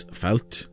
felt